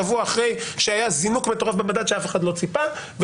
שבוע אחרי שהיה זינוק מטורף במדד שאף אחד לא ציפה לו,